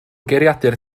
geiriadur